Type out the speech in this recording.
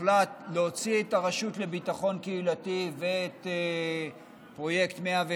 הוחלט להוציא את הרשות לביטחון קהילתי ואת פרויקט 105,